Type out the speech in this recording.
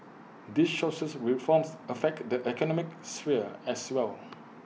these social reforms affect the economic sphere as well